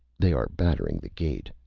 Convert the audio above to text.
they are battering the gate.